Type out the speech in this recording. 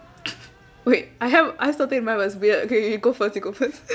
wait I have I have something in mind but it's weird okay okay you go first you go first